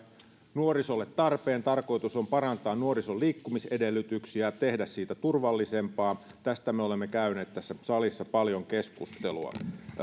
nuorisolle tarpeen tarkoitus on parantaa nuorison liikkumisedellytyksiä tehdä siitä turvallisempaa tästä me olemme käyneet tässä salissa paljon keskustelua